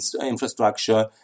infrastructure